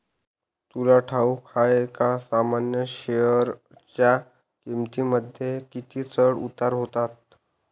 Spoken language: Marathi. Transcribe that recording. तुला ठाऊक आहे का सामान्य शेअरच्या किमतींमध्ये किती चढ उतार होतात